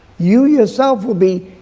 you, yourself, would be,